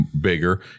bigger